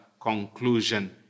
conclusion